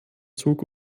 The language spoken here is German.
zug